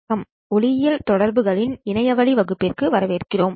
வணக்கம் ஒளியியல் தொடர்புகளின் இணையவழி வகுப்பிற்கு வரவேற்கிறோம்